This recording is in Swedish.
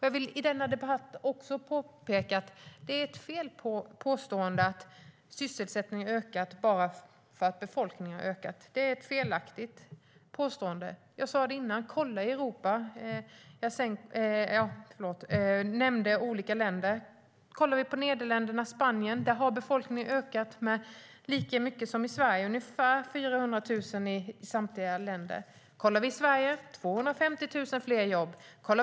Jag vill i denna debatt påpeka att det är ett felaktigt påstående att sysselsättningen har ökat bara för att befolkningen har gjort det. Som jag sade innan: Kolla i Europa! Jag nämnde olika länder. I Nederländerna och Spanien har befolkningen ökat lika mycket som i Sverige - ungefär 400 000 i samtliga länder. I Sverige är det 250 000 fler jobb.